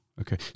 Okay